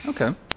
Okay